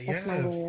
Yes